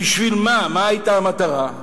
בשביל מה, מה היתה המטרה?